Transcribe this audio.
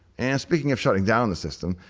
and speaking of shutting down the system,